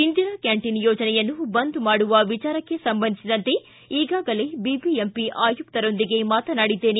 Indira canteen ಯೋಜನೆಯನ್ನು ಬಂದ್ ಮಾಡುವ ವಿಚಾರಕ್ಕೆ ಸಂಬಂಧಿಸಿದಂತೆ ಈಗಾಗಲೇ ಬಿಬಿಎಂಪಿ ಆಯುಕರೊಂದಿಗೆ ಮಾತನಾಡಿದ್ದೇನೆ